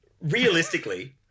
realistically